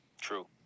True